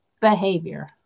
behavior